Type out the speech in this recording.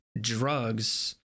drugs